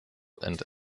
and